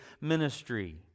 ministry